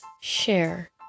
Share